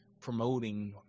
promoting